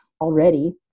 already